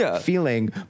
feeling